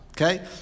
Okay